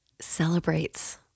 celebrates